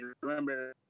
remember